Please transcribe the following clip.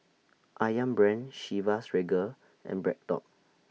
Ayam Brand Chivas Regal and BreadTalk